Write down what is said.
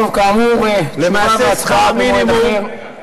טוב, כאמור תשובה והצבעה במועד אחר.